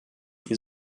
wir